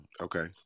Okay